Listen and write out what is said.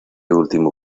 último